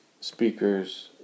speakers